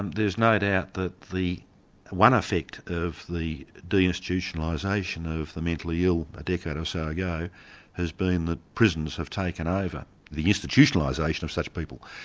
and there's no doubt that the one effect of the deinstitutionalisation of the mentally ill a decade or so ago has been that prisons have taken over the institutionalisation of such people.